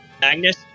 Magnus